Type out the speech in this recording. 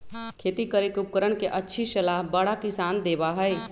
खेती करे के उपकरण के अच्छी सलाह बड़ा किसान देबा हई